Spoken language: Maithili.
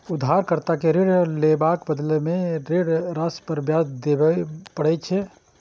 उधारकर्ता कें ऋण लेबाक बदला मे ऋण राशि पर ब्याज देबय पड़ै छै